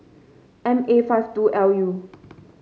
M A five two L U